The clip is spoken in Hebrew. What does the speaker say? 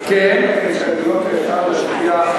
אני מסיר את ההסתייגויות ואפשר להצביע,